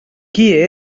qui